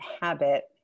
habit